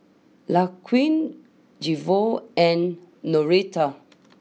Laquan Jevon and Noretta